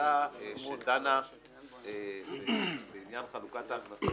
הוועדה שדנה בעניין חלוקת ההכנסות